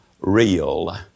real